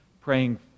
Praying